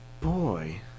boy